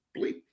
bleep